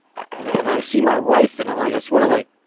and and i see my wife and i'm like i just want to, like,